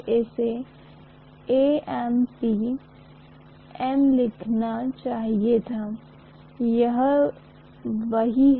इसलिए यह अनुपात जो भी हमें यहां मिला है वह या अनिच्छा के पारस्परिक होने वाला है